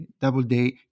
Doubleday